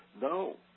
No